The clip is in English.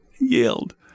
yelled